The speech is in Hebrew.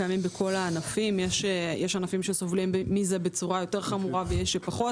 הם קיימים בכל הענפים; יש ענפים שסובלים מזה בצורה חמורה יותר או פחות.